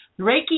Reiki